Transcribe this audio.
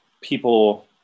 people